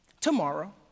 tomorrow